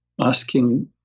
asking